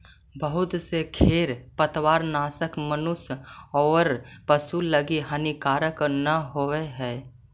बहुत से खेर पतवारनाश मनुष्य औउर पशु लगी हानिकारक न होवऽ हई